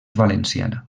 valenciana